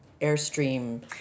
Airstream